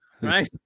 Right